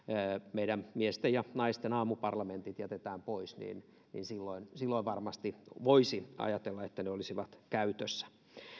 meidän miesten ja naisten aamuparlamentit jätetään pois niin niin silloin silloin varmasti voisi ajatella että ne olisivat käytössä